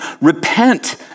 repent